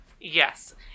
Yes